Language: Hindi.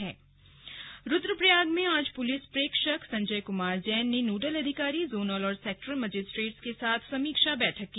स्लग रुद्रप्रयाग प्रेक्षक रुदप्रयाग में आज पुलिस प्रेक्षक संजय कमार जैन ने नोडल अधिकारी जोनल और सेक्टर मजिस्ट्रेट के साथ समीक्षा बैठक की